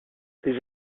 les